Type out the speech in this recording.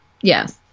Yes